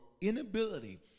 inability